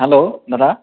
hello দাদা